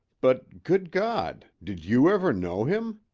but, good god! did you ever know him?